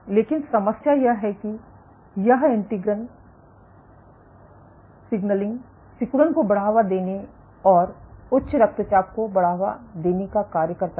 लेकिन समस्या यह है कि यह इंटीग्रिन सिग्नलिंग सिकुड़न को बढ़ावा देने और उच्च रक्तचाप को बढ़ावा देने का कार्य करता है